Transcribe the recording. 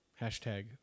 Hashtag